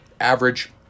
average